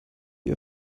die